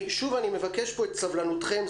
שוב אני מבקש פה את סבלנותכם,